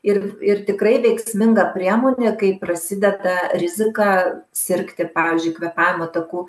ir ir tikrai veiksminga priemonė kai prasideda rizika sirgti pavyzdžiui kvėpavimo takų